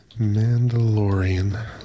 Mandalorian